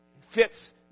fits